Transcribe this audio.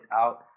out